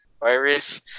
Virus